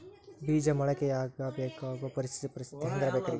ಬೇಜ ಮೊಳಕೆಯಾಗಕ ಬೇಕಾಗೋ ಪರಿಸರ ಪರಿಸ್ಥಿತಿ ಹ್ಯಾಂಗಿರಬೇಕರೇ?